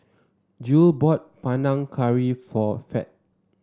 Jule bought Panang Curry for Fed